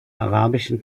arabischen